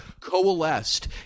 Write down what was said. coalesced